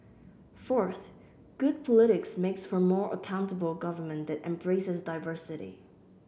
fourth good politics makes for more accountable government that embraces diversity